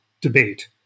debate